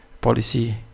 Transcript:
policy